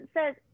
says